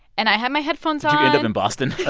and i had my headphones on kind of in boston?